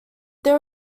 their